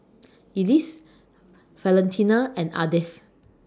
Elise Valentina and Ardeth